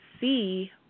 see